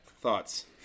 Thoughts